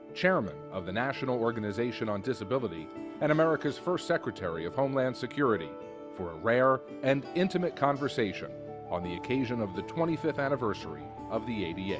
chairman of the national organization on disability and america's first secretary of homeland security for ah rare and intimate conversation on the occasion of the twenty fifth anniversary of the ada. yeah